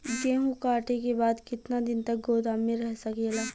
गेहूँ कांटे के बाद कितना दिन तक गोदाम में रह सकेला?